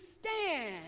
stand